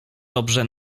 dobrze